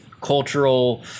cultural